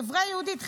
בחברה היהודית,